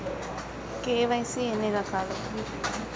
KYC ఎన్ని రకాలు?